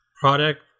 product